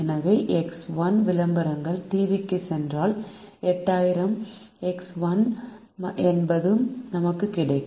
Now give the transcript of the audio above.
எனவே எக்ஸ் 1 விளம்பரங்கள் டிவிக்குச் சென்றால் 8000 எக்ஸ் 1 என்பது நமக்கு கிடைக்கும்